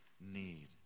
need